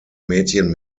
mädchen